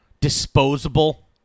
disposable